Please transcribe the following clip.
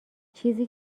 چیزی